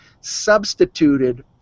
substituted